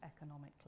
economically